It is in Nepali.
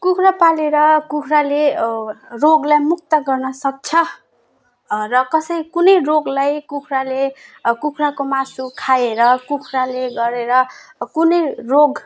कुखुरा कुखुराले रोगलाई मुक्त गर्नसक्छ र कसै कुनै रोगलाई कुखुराले अब कुखुराको मासु खाएर कुखुराले गरेर कुनै रोग